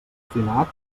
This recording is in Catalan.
finat